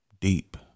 deep